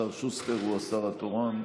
השר שוסטר הוא השר התורן.